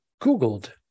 Googled